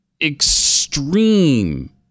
extreme